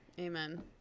Amen